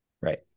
Right